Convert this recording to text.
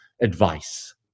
advice